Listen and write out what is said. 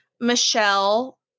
Michelle